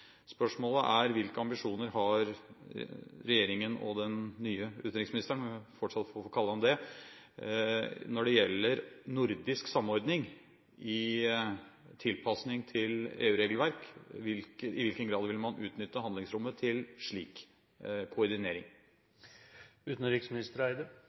Spørsmålet er: Hvilke ambisjoner har regjeringen og den nye utenriksministeren – om jeg fortsatt kan få kalle ham det – når det gjelder nordisk samordning i tilpasning til EU-regelverk, og i hvilken grad vil man utnytte handlingsrommet til slik